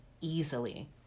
easily